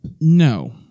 No